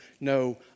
no